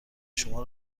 شما